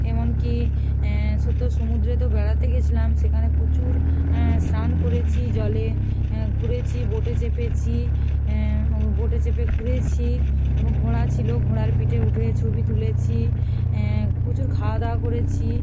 এমন কি শত সমুদ্রে তো বেড়াতে গেছিলাম সেখানে প্রচুর স্নান করেছি জলে ঘুরেছি বোটে চেপেছি বোটে চেপে ঘুরেছি এবং ঘোড়া ছিলো ঘোড়ার পিঠে উঠে ছবি তুলেছি প্রচুর খাওয়া দাওয়া করেছি